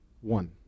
one